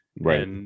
right